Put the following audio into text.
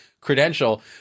credential